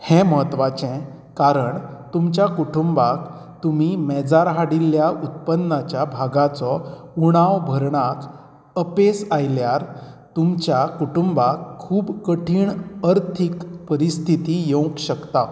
हें म्हत्वाचें कारण तुमच्या कुटुंबाक तुमी मेजार हाडिल्ल्या उत्पन्नाच्या भागाचो उणाव भरणाक अपेस आयल्यार तुमच्या कुटुंबाक खूब कठीण अर्थीक परिस्थिती येवंक शकता